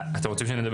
באופן עקרוני התקנות